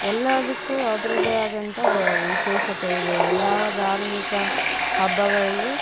ಎಲ್ಲದಕ್ಕು ಅದರದ್ದೇ ಆದಂಥ ವಿಶೇಷತೆ ಇದೆ ಎಲ್ಲ ಧಾರ್ಮಿಕ ಹಬ್ಬಗಳಿಗು